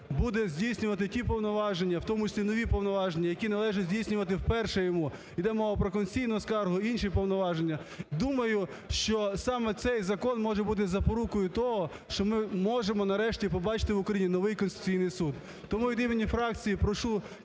буде здійснювати ті повноваження, в тому числі нові повноваження, які належить здійснювати вперше йому. Йде мова про конституційну скаргу, інші повноваження. Думаю, що саме цей закон може бути запорукою того, що ми можемо нарешті побачити в Україні новий Конституційний Суд. Тому від імені фракції прошу